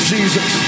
Jesus